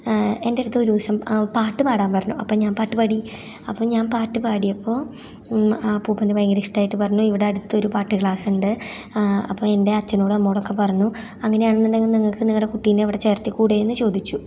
എൻ്റെ അടുത്ത് ഒരു ദിവസം പാട്ട് പാടാൻ പറഞ്ഞു അപ്പം ഞാൻ പാട്ട് പാടി അപ്പോൾ ഞാൻ പാട്ട് പാടിയപ്പോൾ ആ അപ്പൂപ്പന് ഭയങ്കര ഇഷ്ടം ആയിട്ട് പറഞ്ഞു അടുത്തൊരു പാട്ട് ക്ലാസ് ഉണ്ട് അപ്പോൾ എന്റെ അച്ഛനോടും അമ്മയോടൊക്കെ പറഞ്ഞു അങ്ങനെ ആണെന്നുണ്ടെങ്കിൽ നിങ്ങൾക്ക് നിങ്ങളുടെ കുട്ടീനെ അവിടെ ചേർത്തിക്കൂടേ എന്ന് ചോദിച്ചു